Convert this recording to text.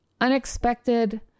Unexpected